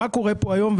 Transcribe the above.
מה קורה פה היום,